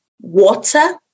water